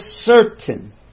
certain